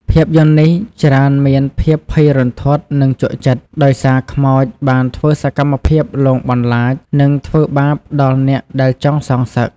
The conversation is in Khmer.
ភាពយន្តនេះច្រើនមានភាពភ័យរន្ធត់និងជក់ចិត្ត ដោយសារខ្មោចបានធ្វើសកម្មភាពលងបន្លាច និងធ្វើបាបដល់អ្នកដែលចង់សងសឹក។